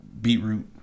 beetroot